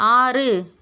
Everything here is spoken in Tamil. ஆறு